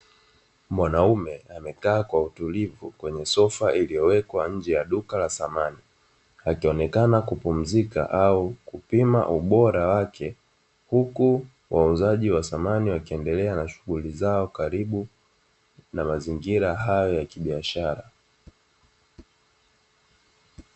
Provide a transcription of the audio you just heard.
Mwanaume amekaa kwa utulivu kwenye sofa iliyowekwa nje ya duka la samani, akionekana kupumzika au kupima ubora wake huku wauzaji wa samani wakiendelea na shughuli zao, karibu na mazingira hayo ya kibiashara.